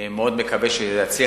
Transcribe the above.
מאוד מקווה שזה יצליח.